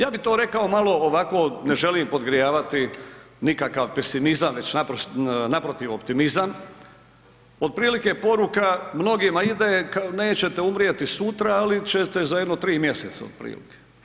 Ja bi to rekao malo ovako, ne želim podgrijavati nikakav pesimizam, već naprotiv optimizam otprilike poruka mnogima ide, nećete umrijeti sutra ali ćete za jedno tri mjeseca otprilike.